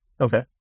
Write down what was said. Okay